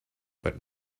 but